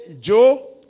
Joe